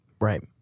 Right